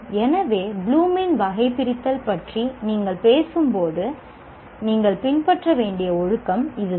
எனவே ப்ளூமின் வகைபிரித்தல் பற்றி நீங்கள் பேசும்போது நீங்கள் பின்பற்ற வேண்டிய ஒழுக்கம் இதுதான்